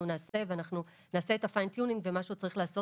נעשה את ה-fine tuning ומה שצריך עוד לעשות,